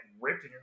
ripped